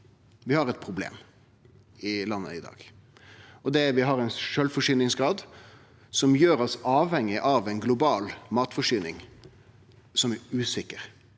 Vi har eit problem i landet i dag, og det er at vi har ein sjølvforsyningsgrad som gjer oss avhengige av ei global matforsyning som er usikker.